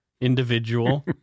individual